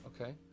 okay